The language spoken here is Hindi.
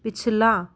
पिछला